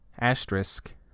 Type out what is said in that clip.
asterisk